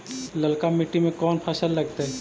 ललका मट्टी में कोन फ़सल लगतै?